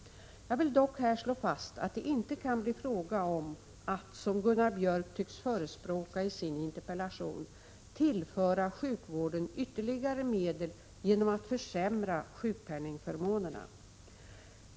Jag vill dock här slå fast att det inte kan bli fråga om att, som Gunnar Biörck tycks förespråka i sin interpellation, tillföra sjukvården ytterligare medel genom att försämra sjukpenningförmånerna.